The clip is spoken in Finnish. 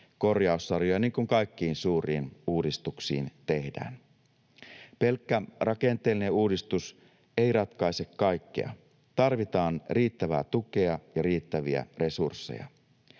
korjaussarjoja, niin kuin kaikkiin suuriin uudistuksiin tehdään. Pelkkä rakenteellinen uudistus ei ratkaise kaikkea. Tarvitaan riittävää tukea ja riittäviä resursseja.